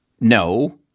No